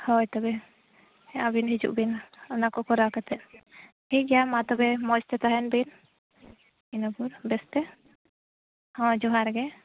ᱦᱳᱭ ᱛᱚᱵᱮ ᱦᱮᱸ ᱟᱹᱵᱤᱱ ᱦᱤᱡᱩᱜ ᱵᱤᱱ ᱚᱱᱟᱠᱚ ᱠᱚᱨᱟᱣ ᱠᱟᱛᱮᱫ ᱴᱷᱤᱠ ᱜᱮᱭᱟ ᱢᱟ ᱛᱚᱵᱮ ᱢᱚᱡᱽ ᱛᱮ ᱛᱟᱦᱮᱱ ᱵᱤᱱ ᱤᱱᱟᱹᱜᱮ ᱵᱮᱥᱛᱮ ᱦᱚᱸ ᱡᱚᱦᱟᱨ ᱜᱮ